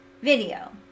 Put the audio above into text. video